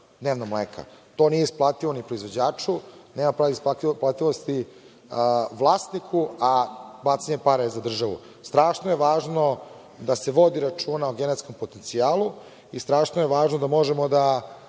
To nije isplativo ni proizvođaču, nema isplativosti vlasniku, a bacanje para je za državu. Strašno je važno da se vodi računa o genetskom potencijalu, i strašno je važno da možemo da